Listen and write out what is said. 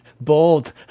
bold